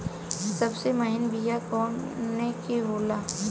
सबसे महीन बिया कवने के होला?